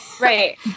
Right